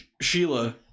Sheila